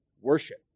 worship